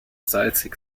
salzig